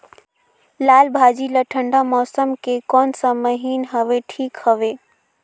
लालभाजी ला ठंडा मौसम के कोन सा महीन हवे ठीक हवे?